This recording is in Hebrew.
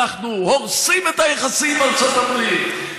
אנחנו הורסים את היחסים עם ארצות הברית,